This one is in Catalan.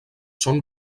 són